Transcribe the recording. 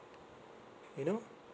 you know